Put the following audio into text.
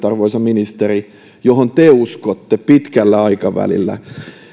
arvoisa ministeri joihin te uskotte pitkällä aikavälillä